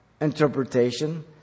interpretation